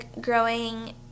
growing